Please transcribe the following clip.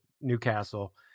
Newcastle